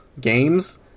games